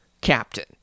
captain